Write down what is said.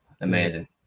amazing